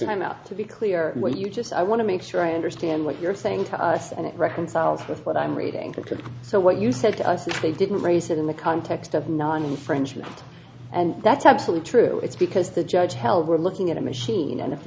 same not to be clear when you just i want to make sure i understand what you're saying to us and it reconciles with what i'm reading ok so what you said to us they didn't raise it in the context of not an infringement and that's absolutely true it's because the judge held we're looking at a machine and